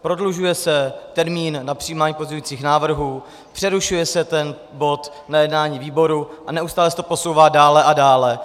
Prodlužuje se termín na přijímání pozměňovacích návrhů, přerušuje se ten bod na jednání výboru a neustále se to posouvá dále a dále.